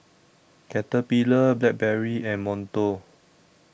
Caterpillar Blackberry and Monto